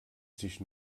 sich